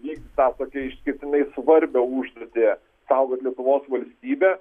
vykdyt tą tokią išskirtinai svarbią užduotį saugot lietuvos valstybę